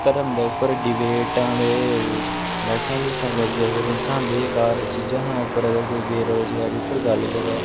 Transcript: धर्म दे उप्पर डिबेटां ते बैह्सां बूह्सां करदे मेरे स्हाबें बेकार चीज़ां हा उप्पर कोई बेरोज़गारी उप्पर गल्ल करै